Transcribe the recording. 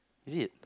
is it